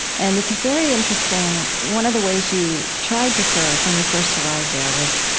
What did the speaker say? and it's very interesting one of the ways you tried to serve when you first arrived there was,